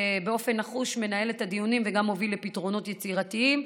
שבאופן נחוש מנהל את הדיונים וגם מוביל לפתרונות יצירתיים,